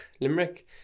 limerick